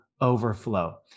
overflow